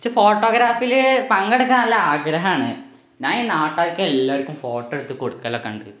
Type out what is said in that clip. H ഫോട്ടോഗ്രാഫിയില് പങ്കെടുക്കാന് നല്ല ആഗ്രഹാണ് ഞാനീ നാട്ടാർക്കെല്ലാർക്കും ഫോട്ടോ എടുത്ത് കൊടുക്കലക്ക്ണ്ട്